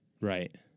Right